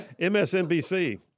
MSNBC